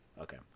okay